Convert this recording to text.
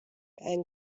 and